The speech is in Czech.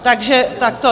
Takže takto.